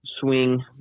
swing